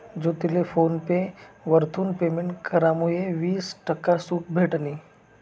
ज्योतीले PhonePe वरथून payment करामुये वीस टक्का सूट भेटनी